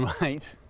Right